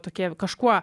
tokie kažkuo